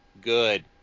good